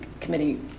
committee